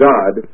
God